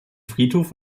friedhof